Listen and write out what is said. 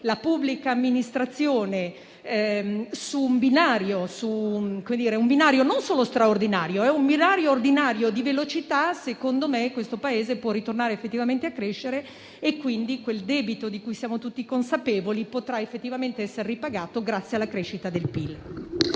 la pubblica amministrazione su un binario non straordinario, ma ordinario di velocità, secondo me questo Paese può ritornare a crescere e quel debito di cui siamo tutti consapevoli potrà effettivamente essere ripagato grazie alla crescita del PIL.